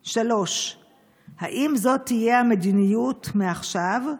3. האם זו תהיה המדיניות מעכשיו?